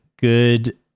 good